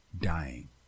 dying